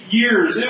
years